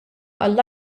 għall